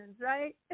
right